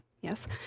Yes